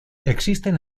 existen